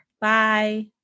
Bye